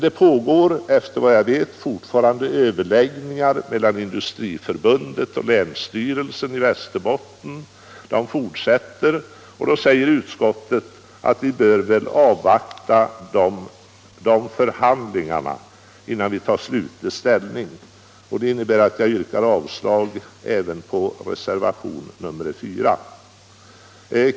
Det pågår dock efter vad jag vet fortfarande överläggningar mellan Industriförbundet och länsstyrelsen i Västerbotten. Utskottet säger att vi avvaktar dessa förhandlingar innan vi tar slutlig ställning. Det innebär att jag yrkar avslag även på reservationen 4.